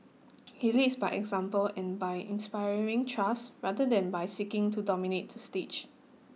he leads by example and by inspiring trust rather than by seeking to dominate the stage